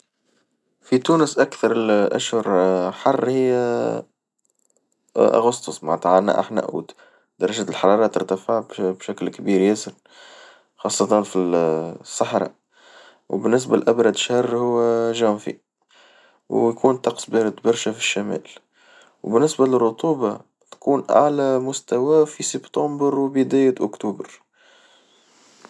في تونس أكثر الأشهر حر هي أغسطس معنتها عندنا إحنا قوت درجة الحرارة ترتفع بشكل كبير يسر خاصة في الصحراء، وبالنسبة لأبرد شهر هو جانفي ويكون الطقس بارد برشا في الشمال وبالنسبة للرطوبة تكون أعلى مستوى في سبتمبر وبداية أكتوبر.